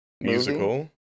Musical